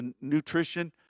nutrition